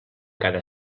cada